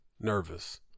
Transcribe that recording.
nervous